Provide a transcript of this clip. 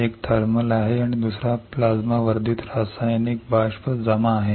एक थर्मल आहे आणि दुसरा प्लाझ्मा वर्धित रासायनिक वाष्प जमा आहे